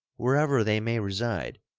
wherever they may reside,